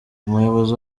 umuyobozi